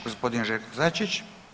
Gospodin Željko Sačić.